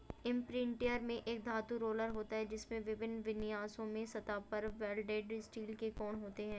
imprinter में एक धातु रोलर होता है, जिसमें विभिन्न विन्यासों में सतह पर वेल्डेड स्टील के कोण होते हैं